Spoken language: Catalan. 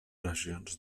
regions